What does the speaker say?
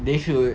they should